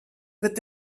wird